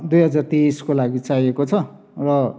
दुई हजार तेइसको लागि चाहिएको छ र